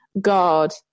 God